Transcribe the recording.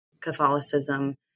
Catholicism